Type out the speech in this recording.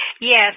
Yes